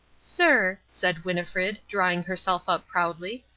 sir, said winnifred, drawing herself up proudly,